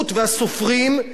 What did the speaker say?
אנחנו ניזום מהלכים